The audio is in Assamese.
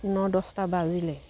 ন দহটা বাজিলে